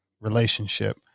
relationship